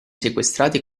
sequestrati